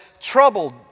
troubled